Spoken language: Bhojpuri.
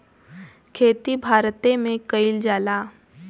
खेती भारते मे कइल जाला